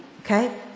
okay